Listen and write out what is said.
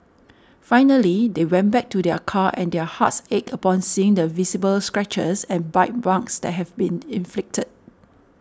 finally they went back to their car and their hearts ached upon seeing the visible scratches and bite marks that have been inflicted